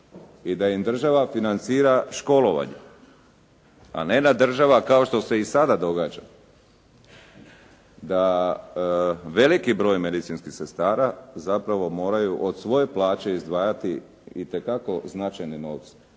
i da im država financira školovanje. A ne da država, kao što se i sada događa da veliki broj medicinskih sestara zapravo moraju od svoje plaće izdvajati itekako značajne novce.